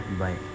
bye